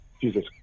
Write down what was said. Jesus